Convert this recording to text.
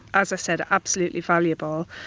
as i said are absolutely valuable,